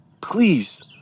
please